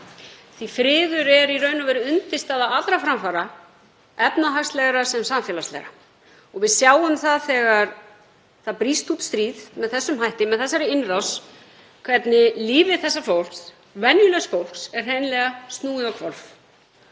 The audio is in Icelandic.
Friður er í raun og veru undirstaða allra framfara, efnahagslegra sem samfélagslegra. Við sjáum það þegar það brýst út stríð með þessum hætti, með þessari innrás, hvernig lífi þessa fólks, venjulegs fólks, er hreinlega snúið á hvolf